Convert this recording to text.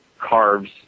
carves